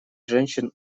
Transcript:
женщин